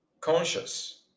Conscious